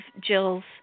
Jill's